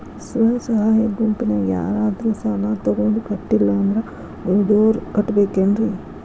ಸ್ವ ಸಹಾಯ ಗುಂಪಿನ್ಯಾಗ ಯಾರಾದ್ರೂ ಸಾಲ ತಗೊಂಡು ಕಟ್ಟಿಲ್ಲ ಅಂದ್ರ ಉಳದೋರ್ ಕಟ್ಟಬೇಕೇನ್ರಿ?